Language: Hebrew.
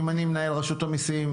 אם אני מנהל רשות המיסים,